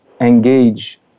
engage